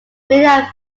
many